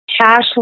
cash